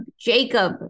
jacob